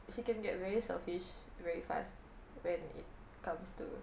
she can get very selfish very fast when it comes to